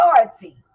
authority